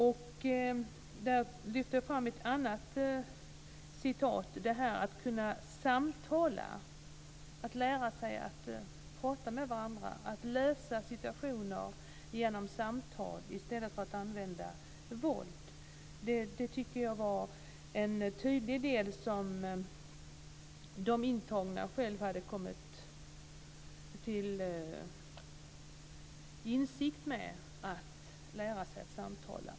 Där lyfte jag fram ett citat om att kunna samtala, att lära sig att prata med varandra, att lösa situationer genom samtal i stället för att använda våld. Det var tydligt att de intagna själva hade kommit till insikt om att de måste lära sig att samtala.